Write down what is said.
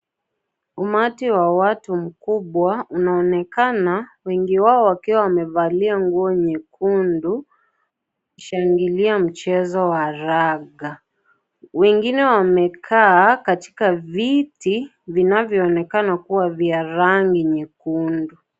Umati wa watu mkubwa unaonekana wengi wao wakiwa wamevalia nguo nyekundu kushangilia mchezo wa raga. Wengine wamekaa katika viti vinavyo onekana kuwa vya rangi nyekundu.